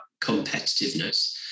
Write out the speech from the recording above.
competitiveness